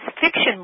fiction